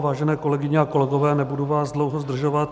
Vážené kolegyně a kolegové, nebudu vás dlouho zdržovat.